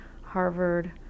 Harvard